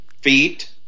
feet